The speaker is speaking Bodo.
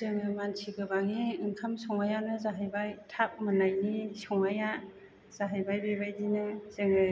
जोङो मानसि गोबांनि ओंखाम संनायानो जाहैबाय थाब मोननायनि संनाया जाहैबाय बेबायदिनो जोङो